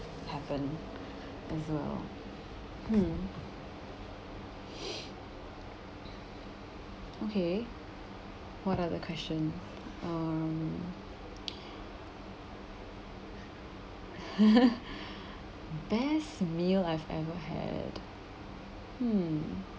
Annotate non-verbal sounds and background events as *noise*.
happened as well hmm *noise* okay what other questions um *laughs* best meal I've ever had hmm